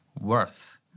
worth